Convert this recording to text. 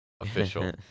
Official